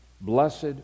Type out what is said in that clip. Blessed